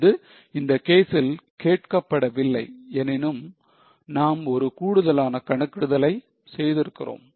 இது இந்த கேசில் கேட்கப்படவில்லை எனினும் நாம் ஒரு கூடுதலான கணக்கிடுதலை செய்து இருக்கிறோம்